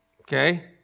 okay